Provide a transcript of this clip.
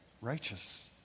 Righteous